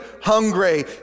hungry